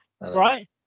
Right